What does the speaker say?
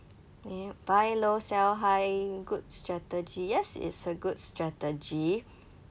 yup buy low sell high good strategy yes it's a good strategy